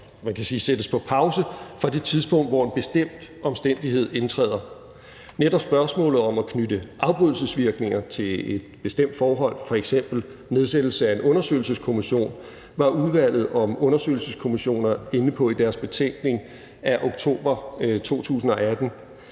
man kan sige sættes på pause, fra det tidspunkt, hvor en bestemt omstændighed indtræder. Netop spørgsmålet om at knytte afbrydelsesvirkninger til et bestemt forhold, f.eks. nedsættelse af en undersøgelseskommission, var Udvalget om Undersøgelseskommissioner inde på i deres betænkning af oktober 2018,